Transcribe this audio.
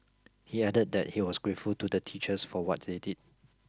he added that he was grateful to the teachers for what they did